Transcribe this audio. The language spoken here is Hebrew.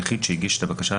יחיד שהגיש את הבקשה